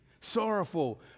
sorrowful